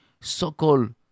so-called